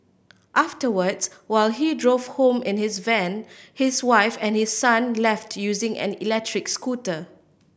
afterwards while he drove home in his van his wife and his son left using an electric scooter